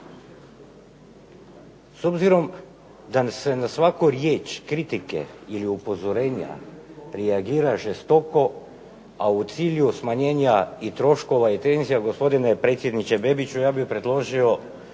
S obzirom da se na svaku riječ kritike ili upozorenja reagira žestoko, a u cilju smanjenja i troškova i tenzija, gospodine predsjedniče Bebiću ja bih predložio